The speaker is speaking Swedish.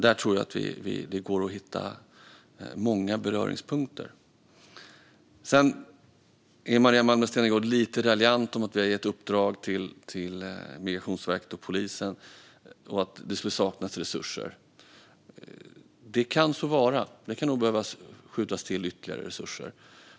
Där tror jag att det går att hitta många beröringspunkter. Maria Malmer Stenergard är lite raljant när det gäller att vi har gett Migrationsverket och polisen uppdrag och att det skulle saknas resurser. Det kan nog behöva skjutas till ytterligare resurser.